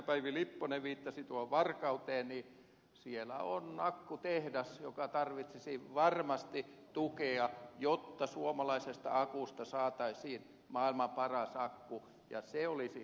päivi lipponen viittasi varkauteen niin siellä on akkutehdas joka tarvitsisi varmasti tukea jotta suomalaisesta akusta saataisiin maailman paras akku ja se olisi uusi nokia